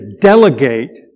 delegate